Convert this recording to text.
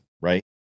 right